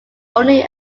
only